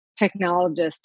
technologist